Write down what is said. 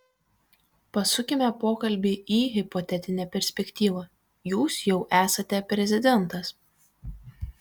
pasukime pokalbį į hipotetinę perspektyvą jūs jau esate prezidentas